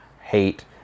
hate